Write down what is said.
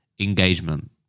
Engagement